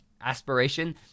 aspiration